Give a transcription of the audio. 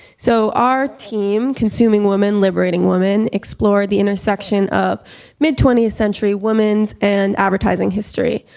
so our team consuming women liberating women explore the intersection of mid twentieth century women's and advertising history.